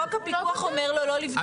חוק הפיקוח אומר לו לא לבדוק.